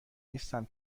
نیستم